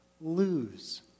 lose